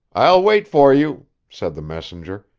i'll wait for you, said the messenger,